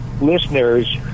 listeners